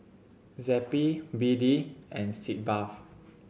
Zappy B D and Sitz Bath